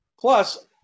Plus